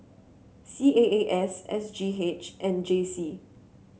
C A A S S G H and J C